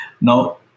Now